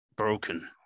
broken